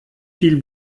viel